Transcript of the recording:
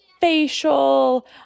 facial